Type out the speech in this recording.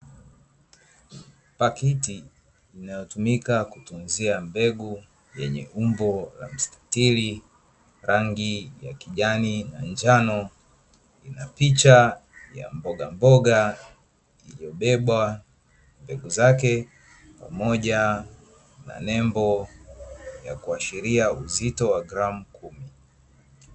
Pakiti inayotumika kutunzia mbegu yenye umbo la mstatili, rangi ya kijani na njano, na picha ya mbogamboga; iliyobeba mbegu zake pamoja na nembo yenye kuashiria uzito wa gramu kumi.